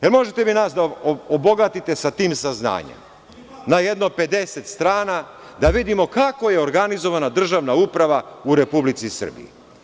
Jel možete vi nas da obogatite sa tim saznanjem, na jedno 50 strana, da vidimo kako je organizovana državna uprava u Republici Srbiji?